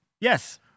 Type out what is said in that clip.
Yes